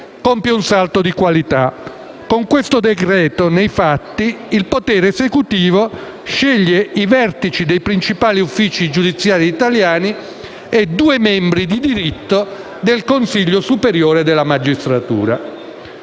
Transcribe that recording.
compie un salto di qualità. Con questo decreto-legge, nei fatti, il potere esecutivo sceglie i vertici dei principali uffici giudiziari italiani e i due membri di diritto del Consiglio superiore della magistratura.